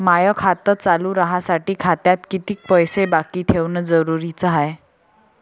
माय खातं चालू राहासाठी खात्यात कितीक पैसे बाकी ठेवणं जरुरीच हाय?